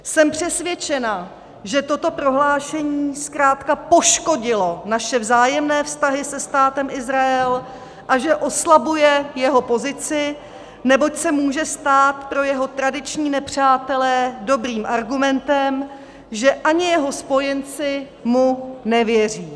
Jsem přesvědčena, že toto prohlášení zkrátka poškodilo naše vzájemné vztahy se Státem Izrael a že oslabuje jeho pozici, neboť se může stát pro jeho tradiční nepřátele dobrým argumentem, že ani jeho spojenci mu nevěří.